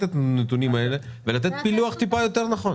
את הנתונים האלה ולתת פילוח טיפה יותר נכון.